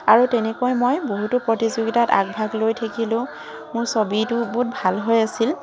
আৰু তেনেকৈ মই বহুতো প্ৰতিযোগীতাত আগভাগ লৈ থাকিলো মোৰ ছবিটো বহুত ভাল হৈ আছিল